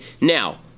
Now